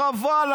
חבל,